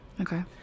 okay